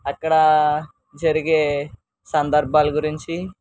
అక్కడ జరిగే సందర్భాల గురించి